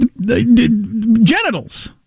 genitals